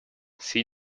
see